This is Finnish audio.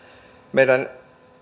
meidän